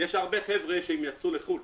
יש הרבה חבר'ה שיצאו לחוץ לארץ,